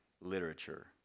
literature